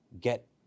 get